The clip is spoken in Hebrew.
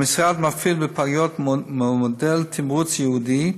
המשרד מפעיל בפגיות מודל תמרוץ ייעודי,